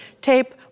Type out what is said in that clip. tape